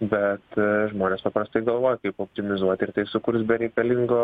bet žmonės paprastai galvoja kaip optimizuot ir tai sukurs bereikalingo